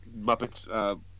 Muppets